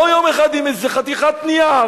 באו יום אחד עם איזה חתיכת נייר,